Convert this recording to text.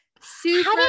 super